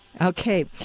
Okay